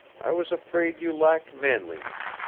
i was afraid you lacked manliness.